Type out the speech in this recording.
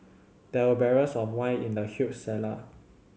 there were barrels of wine in the huge cellar